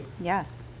Yes